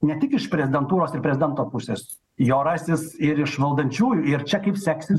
ne tik iš prezidentūros ir prezidento pusės jo rasis ir iš valdančiųjų ir čia kaip seksis